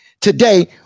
today